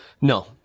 No